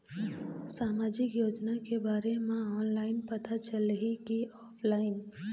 सामाजिक योजना के बारे मा ऑनलाइन पता चलही की ऑफलाइन?